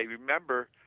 remember